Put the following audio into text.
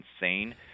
insane